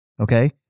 Okay